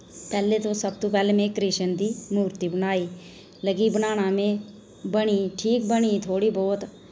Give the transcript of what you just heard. पैह्ले तो सब तों पैह्ले मेें कृश्ण दी मूर्ति बनाई लगी बनाना में बनी ठीक बनी थोह्ड़ी बहुत